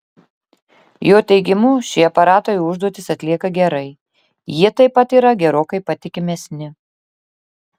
jo teigimu šie aparatai užduotis atlieka gerai jie taip pat yra gerokai patikimesni